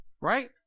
right